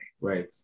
Right